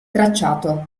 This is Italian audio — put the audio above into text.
tracciato